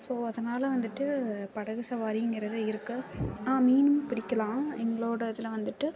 so அதனால் வந்துட்டு படகு சவாரிங்கிறது இருக்குது மீனும் பிடிக்கலாம் எங்களோட இதில் வந்துட்டு